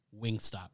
Wingstop